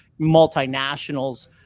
multinationals